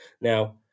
now